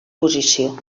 posició